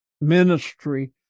ministry